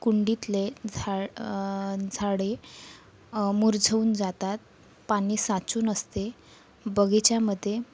कुंडीतले झा झाडे मुरझून जातात पाणी साचून असते बगिचामध्ये